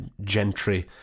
gentry